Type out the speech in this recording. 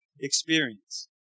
Experience